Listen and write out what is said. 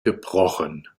gebrochen